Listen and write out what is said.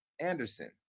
Anderson